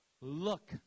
look